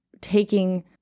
taking